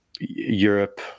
Europe